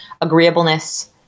agreeableness